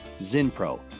Zinpro